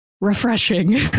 refreshing